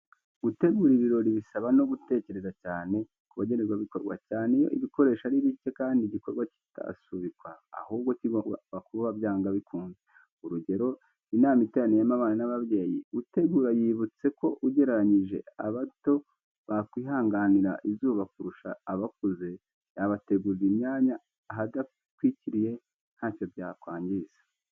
Gutegura ibirori bisaba no gutekereza cyane ku bagenerwabikorwa, cyane iyo ibikoresho ari bike kandi igikorwa kitasubikwa, ahubwo kigomba kuba byanze bikunze. Urugero, inama iteraniyemo abana n'ababyeyi, utegura yibutse ko ugereranyije abato bakwihanganira izuba kurusha abakuze, yabategurira imyanya ahadatwikiriye, ntacyo byakwangiza.